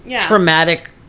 traumatic